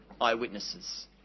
eyewitnesses